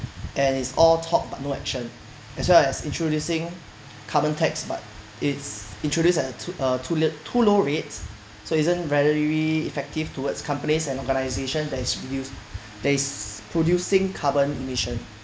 and it's all talk but no action as well as introducing carbon tax but it's introduced at a uh to~ too low rates so isn't very effective towards companies and organisation that is produce that is producing carbon emission